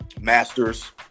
masters